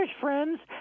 friends